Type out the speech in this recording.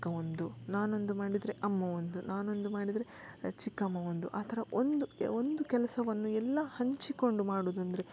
ಅಕ್ಕ ಒಂದು ನಾನೊಂದು ಮಾಡಿದರೆ ಅಮ್ಮ ಒಂದು ನಾನೊಂದು ಮಾಡಿದರೆ ಚಿಕ್ಕಮ್ಮ ಒಂದು ಆ ಥರ ಒಂದು ಒಂದು ಕೆಲಸವನ್ನು ಎಲ್ಲ ಹಂಚಿಕೊಂಡು ಮಾಡೋದಂದ್ರೆ